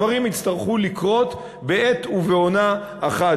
הדברים יצטרכו לקרות בעת ובעונה אחת,